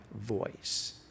voice